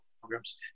programs